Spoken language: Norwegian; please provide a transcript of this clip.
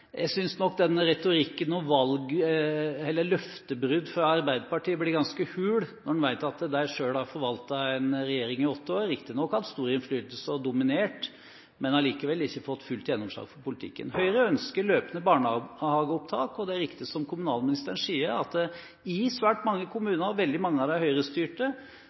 jeg synes nok denne retorikken, om løftebrudd, fra Arbeiderpartiet blir ganske hul, når en vet at de selv har forvaltet en regjering i åtte år og har riktignok hatt stor innflytelse og dominert, men allikevel ikke fått fullt gjennomslag for politikken sin. Høyre ønsker løpende barnehageopptak, og det er riktig som kommunalministeren sier, at i svært mange kommuner – veldig mange av